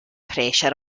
pressure